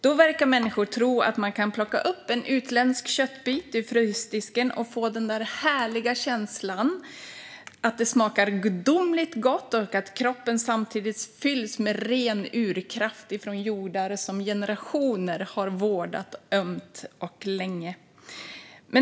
Då verkar människor tro att man kan plocka upp en utländsk köttbit ur frysdisken och få den där härliga känslan av att det smakar gudomligt gott och att kroppen samtidigt fylls med ren urkraft från jordar som generationer har vårdat ömt och länge.